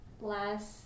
last